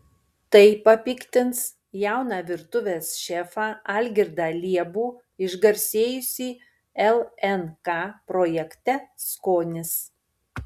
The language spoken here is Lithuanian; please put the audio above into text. tai papiktins jauną virtuvės šefą algirdą liebų išgarsėjusį lnk projekte skonis